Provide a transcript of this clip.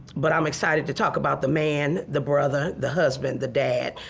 but i'm excited to talk about the man, the brother, the husband, the dad.